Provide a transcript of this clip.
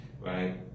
right